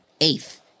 Eighth